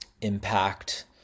impact